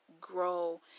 grow